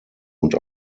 und